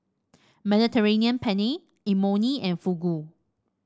Mediterranean Penne Imoni and Fugu